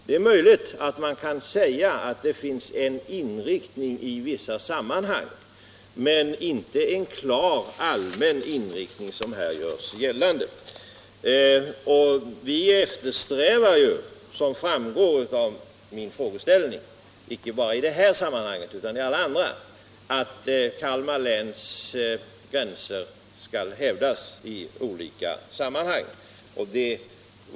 Det är möjligt att man kan säga att det i vissa sammanhang finns en inriktning, men inte en ”klar inriktning” som här görs gällande. Vi eftersträvar ju, som framgår av min fråga, inte bara i detta sammanhang utan också i alla andra att Kalmar läns gränser skall hävdas i olika avseenden. BI.